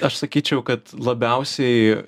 aš sakyčiau kad labiausiai